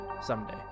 someday